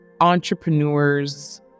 entrepreneurs